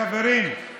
חברים,